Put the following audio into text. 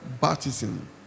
baptism